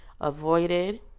avoided